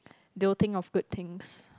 they will think of good things